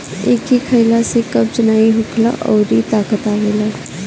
एके खइला से कब्ज नाइ होला अउरी ताकत आवेला